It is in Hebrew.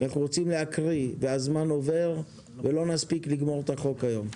אנחנו רוצים להקריא והזמן עובר ולא נספיק לגמור את החוק היום.